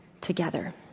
together